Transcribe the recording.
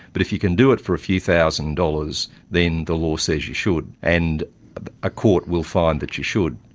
but if you can do it for a few thousand dollars then the law says you should, and a court will find that you should.